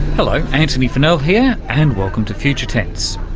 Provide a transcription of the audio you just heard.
hello antony funnell here, and welcome to future tense.